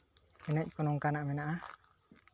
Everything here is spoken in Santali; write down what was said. ᱮᱱᱮᱡ ᱠᱚ ᱱᱚᱝᱠᱟᱱᱟᱜ ᱢᱮᱱᱟᱜᱼᱟ